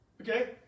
Okay